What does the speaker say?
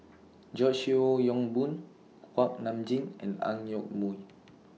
George Yeo Yong Boon Kuak Nam Jin and Ang Yoke Mooi